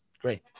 Great